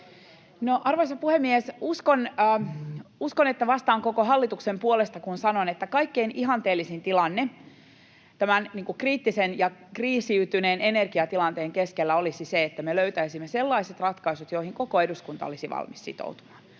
Arvoisa puhemies! Uskon, että vastaan koko hallituksen puolesta, kun sanon, että kaikkein ihanteellisin tilanne tämän kriittisen ja kriisiytyneen energiatilanteen keskellä olisi se, että me löytäisimme sellaiset ratkaisut, joihin koko eduskunta olisi valmis sitoutumaan.